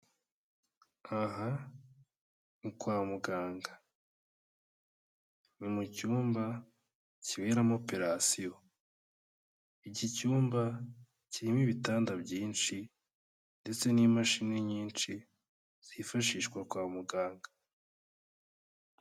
Aha ni kwa muganga, ni mu cyumba kiberamo operation, iki cyumba kirimo ibitanda byinshi ndetse n'imashini nyinshi zifashishwa kwa muganga.